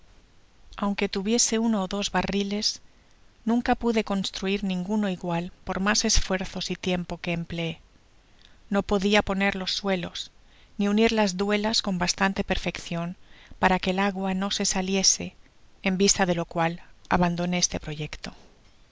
aunque tuviese uno ó dos barriles nunca pude construir ninguno igual por mas esfuerzos y tiempo que empleé no podia poner los suelos ni unir las duelas con bastante perfeccion para que el agua no se saliese en vista de lo cual abandoné este proyecto